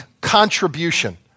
contribution